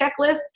checklist